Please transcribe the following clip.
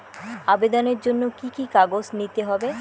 আবেদনের জন্য কি কি কাগজ নিতে হবে?